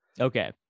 okay